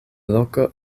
loko